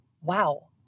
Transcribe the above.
wow